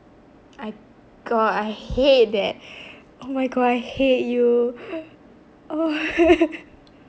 my god I hate that oh my god I hate you